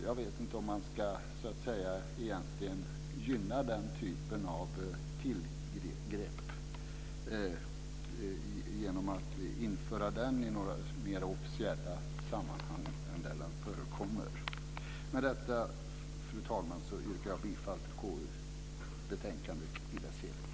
Jag vet inte om man ska gynna den typen av tillgrepp genom att införa den flaggan i fler officiella sammanhang än den redan förekommer. Med detta, fru talman, yrkar jag bifall till hemställan i KU-betänkandet i dess helhet.